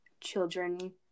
children